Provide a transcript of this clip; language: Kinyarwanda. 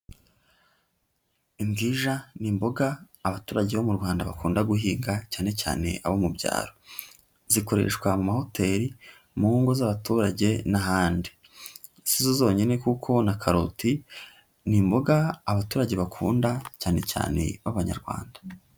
Imbwija, ni imboga abaturage bo mu Rwanda bakunda guhiga cyane cyane abo mu byaro, zikoreshwa mu ma hoteli, mu ngo z'abaturage n'ahandi, sizo zonyine kuko na karoti ni imboga abaturage bakunda cyane cyane b'abanyarwanda.